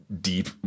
deep